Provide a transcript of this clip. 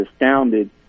astounded